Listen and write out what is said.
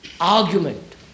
argument